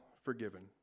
forgiven